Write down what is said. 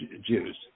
Jews